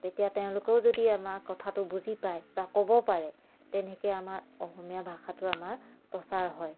তেতিয়া তেওঁলোকেও যদি আমাৰ কথাটো বুজি পায় বা ক'ব পাৰে তেনেকৈ আমাৰ অসমীয়া ভাষাটো আমাৰ প্ৰচাৰ হয়